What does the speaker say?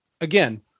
again